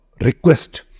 request